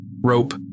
Rope